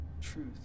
truth